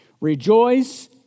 Rejoice